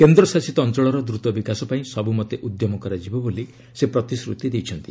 କେନ୍ଦ୍ରଶାସିତ ଅଞ୍ଚଳର ଦ୍ରୁତ ବିକାଶପାଇଁ ସବୁମତେ ଉଦ୍ୟମ କରାଯିବ ବୋଲି ସେ ପ୍ରତିଶ୍ରତି ଦେଇଛନ୍ତି